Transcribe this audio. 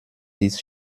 dix